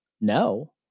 no